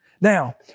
Now